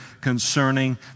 concerning